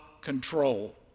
control